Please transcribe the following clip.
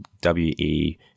W-E